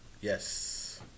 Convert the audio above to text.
Yes